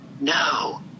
No